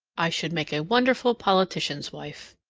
i should make a wonderful politician's wife.